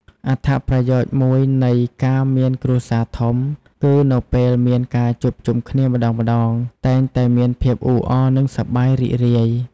អត្តប្រយោជន៍មួយនៃការមានគ្រួសារធំគឺ នៅពេលមានការជួបជុំគ្នាម្ដងៗ តែងតែមានភាពអ៊ូអរ និងសប្បាយរីករាយ។